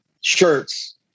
shirts